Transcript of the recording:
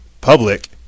public